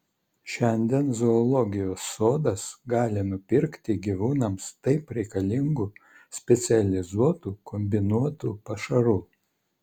šiandien zoologijos sodas gali nupirkti gyvūnams taip reikalingų specializuotų kombinuotų pašarų